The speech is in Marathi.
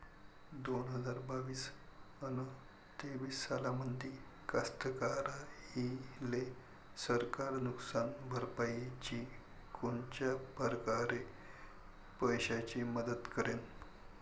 दोन हजार बावीस अस तेवीस सालामंदी कास्तकाराइले सरकार नुकसान भरपाईची कोनच्या परकारे पैशाची मदत करेन?